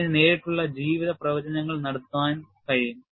ഇതിന് നേരിട്ടുള്ള ജീവിത പ്രവചനങ്ങൾ നടത്താൻ കഴിയും